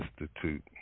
Institute